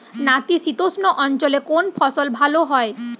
নাতিশীতোষ্ণ অঞ্চলে কোন ফসল ভালো হয়?